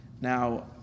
Now